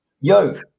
Yo